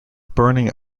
burning